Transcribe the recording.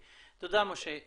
תודה, משה.